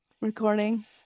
recording